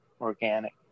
organic